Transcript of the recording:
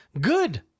good